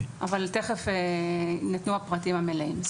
אבל תכף יינתנו הפרטים המלאים.